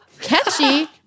Catchy